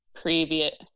previous